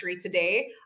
today